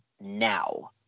now